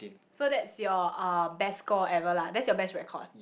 so that's your best score ever lah that's your best record